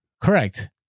Correct